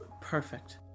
perfect